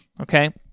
Okay